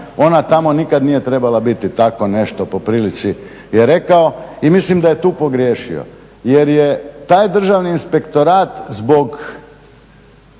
ona tamo nikada nije trebala biti, tako nešto po prilici je rekao. I mislim da je tu pogriješio jer je taj Državni inspektorat zbog